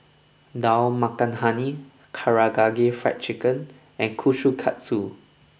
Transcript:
Dal Makhani Karaage Fried Chicken and Kushikatsu